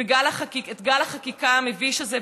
את גל החקיקה המביש הזה,